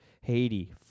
Haiti